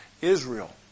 Israel